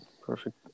perfect